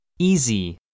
Easy